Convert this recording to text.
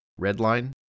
Redline